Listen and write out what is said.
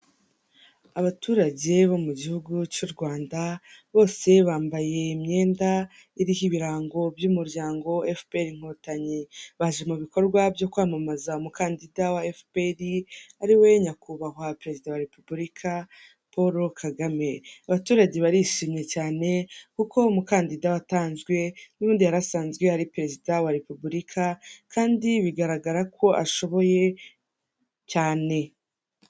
Abaturage bo mu gihugu cy'u Rwanda, bose bambaye imyenda, iriho ibirango by'umuryango efuperi inkotanyi, baje mu bikorwa byo kwamamaza umukandida wa efuperi, ari we nyakubahwa perezida wa repubulika paul kagame, abaturage barishimye cyane, kuko umukandida watanzwe n'ubundi yari asanzwe ari perezida wa repubulika kandi bigaragara ko ashoboye cyane.